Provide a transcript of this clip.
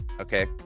Okay